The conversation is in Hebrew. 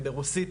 ברוסית,